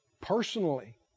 personally